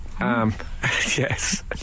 Yes